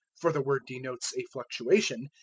for the word denotes a fluctuation,